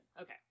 Okay